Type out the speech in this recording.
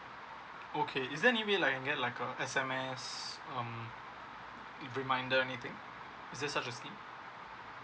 okay is there any way like and I get like a S_M_S um reminder anything is there such a scheme